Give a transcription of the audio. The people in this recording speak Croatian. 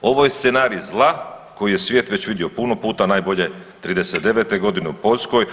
Ovo je scenarij zla koji je svijet već vidio puno puta najbolje 1939. godine u Poljskoj.